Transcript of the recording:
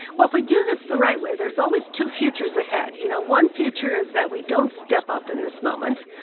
well, if we do this the right, there's always two futures ahead. you know, one future is that we don't step up in this moment.